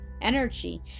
energy